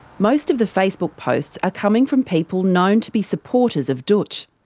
most of the facebook posts are coming from people known to be supporters of dootch.